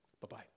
Bye-bye